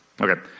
Okay